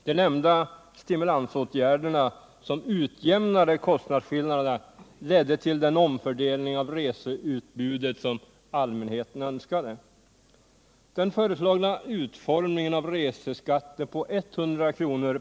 De nämnda stimulansåtgärderna, som utjämnade kostnadsskillnaderna, ledde till den omfördelning av reseutbudet som allmänheten önskade. Den föreslagna utformningen av reseskatten på 100 kr.